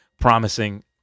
promising